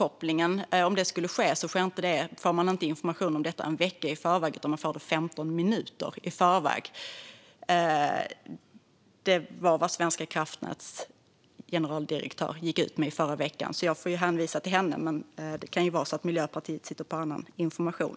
Om det skulle ske en bortkoppling får man inte information om det en vecka i förväg utan 15 minuter i förväg. Det var vad Svenska kraftnäts generaldirektör gick ut med i förra veckan, så jag får hänvisa till henne. Men det kan ju vara så att Miljöpartiet sitter på annan information.